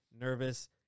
nervous